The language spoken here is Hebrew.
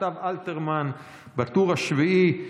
כתב אלתרמן בטור השביעי,